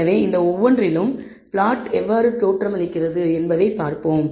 எனவே இந்த ஒவ்வொன்றிலும் பிளாட் எவ்வாறு தோற்றமளிக்கிறது என்பதைப் பார்ப்போம்